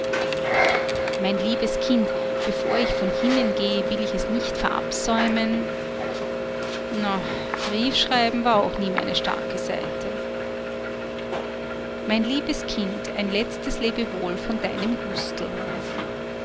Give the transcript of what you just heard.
mein liebes kind bevor ich von hinnen gehe will ich es nicht verabsäumen na briefschreiben war auch nie meine starke seite mein liebes kind ein letztes lebewohl von deinem gustl